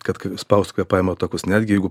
kad ka spaus kvėpavimo takus netgi jeigu